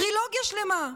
טרילוגיה שלמה.